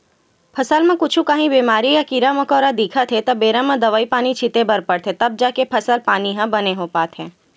फसल म कुछु काही बेमारी या कीरा मकोरा दिखत हे त बेरा म दवई पानी छिते बर परथे तब जाके फसल पानी ह बने हो पाथे